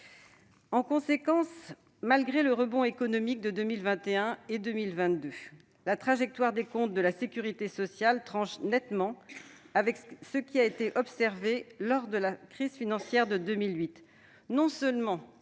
En conséquence, malgré le rebond économique de 2021 et 2022, la trajectoire des comptes de la sécurité sociale tranche nettement avec ce qui a été observé lors de la crise financière de 2008.